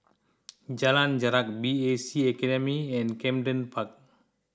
Jalan Jarak B C A Academy and Camden Park